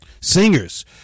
Singers